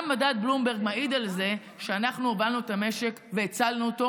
גם מדד בלומברג מעיד על זה שאנחנו הובלנו את המשק והצלנו אותו,